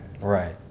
Right